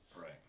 Right